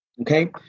Okay